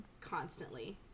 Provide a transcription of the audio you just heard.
constantly